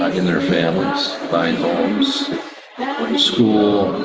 in their families, buy and homes, yeah going to school,